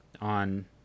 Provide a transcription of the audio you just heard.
on